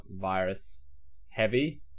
virus-heavy